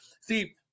See